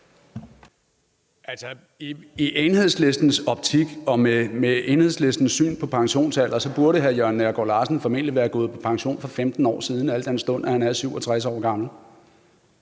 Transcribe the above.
(V): I Enhedslistens optik og med Enhedslistens syn på pensionsalder så burde hr. Jørn Neergaard Larsen formentlig være gået på pension for 15 år siden, al den stund at han er 67 år gammel.